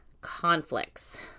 conflicts